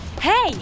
Hey